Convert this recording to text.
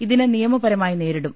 ഇതിനെ നിയമപരമായി നേരിടും